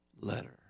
letter